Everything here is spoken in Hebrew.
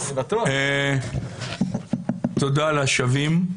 תודה לשבים.